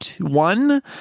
one